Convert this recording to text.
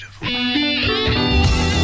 Beautiful